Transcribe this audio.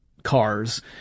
Cars